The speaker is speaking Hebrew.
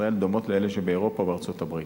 ישראל דומות לאלו שבאירופה ובארצות-הברית.